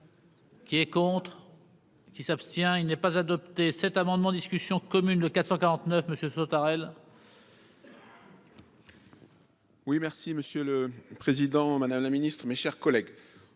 Qui est contre qui s'abstient, il n'est pas adopté cet amendement discussion commune de 449 monsieur Sautarel. Oui, merci Monsieur le Président, Madame la Ministre, mes chers collègues,